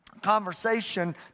conversation